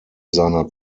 seiner